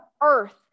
earth